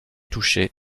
touché